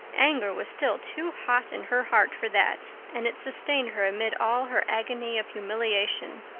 anger was still too hot in her heart for that and it sustained her amid all her agony of humiliation.